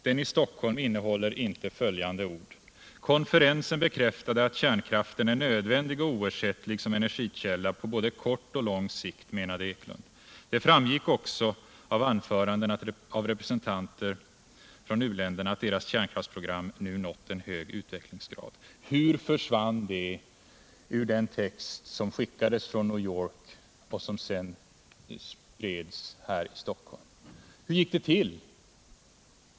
Stockholmsversionen innehåller inte följande ord: ”Konferensen bekräftade att kärnkraften är nödvändig och oersättlig som energikälla både på kort och lång sikt, menade Eklund. Det framgick också av anförandena av representanter från u-länderna att deras kärnkraftsprogram nu nått en hög utvecklingsgrad.” Hur kunde det försvinna ur den text som skickades från New York och som sedan spreds här i Stockholm? Hur gick det till?